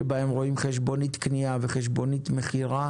שבהם רואים חשבונית קנייה וחשבונית מכירה